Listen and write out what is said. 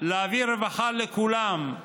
להביא רווחה לכולם,